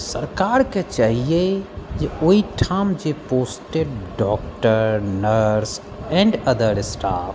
सरकारके चाहियै जे ओहिठाम जे posted doctor nurse and other staff